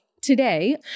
today